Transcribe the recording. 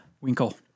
Winkle